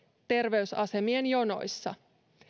terveysasemien jonoissa